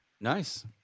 Nice